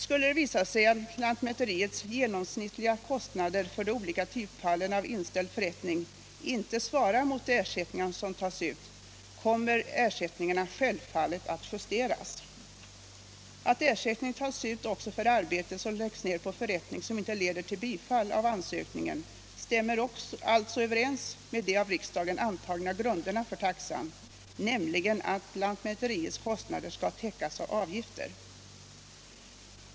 Skulle det visa sig att lantmäteriets genomsnittliga kostnader för de olika typfallen av inställd förrättning inte svarar mot de ersättningar som tas ut, kommer ersättningarna självfallet att justeras. Att ersättning tas ut också för arbete som läggs ned på förrättning som inte leder till bifall av ansökningen stämmer alltså överens med de av riksdagen antagna grunderna för taxan, nämligen att lantmäteriets kostnader skall täckas med avgifter.